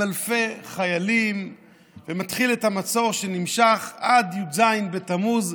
אלפי חיילים והתחיל את המצור שנמשך עד י"ז בתמוז,